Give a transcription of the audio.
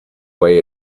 way